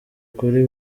kuri